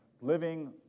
living